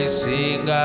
sing